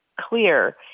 clear